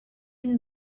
une